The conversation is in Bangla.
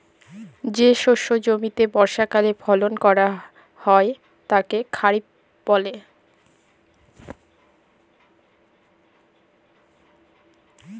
যে শস্য জমিতে বর্ষাকালে ফলন হয় তাকে খরিফ বলে